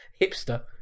Hipster